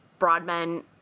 Broadman